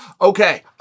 Okay